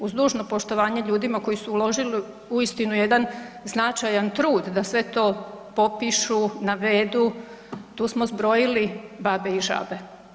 Uz dužno poštovanje ljudima koji su uložili uistinu jedan značajan trud da sve to popišu, navedu, tu smo zbrojili babe i žabe.